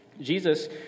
Jesus